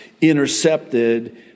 intercepted